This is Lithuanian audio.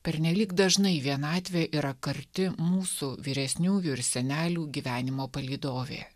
pernelyg dažnai vienatvė yra karti mūsų vyresniųjų ir senelių gyvenimo palydovė